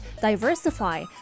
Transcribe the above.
diversify